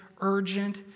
urgent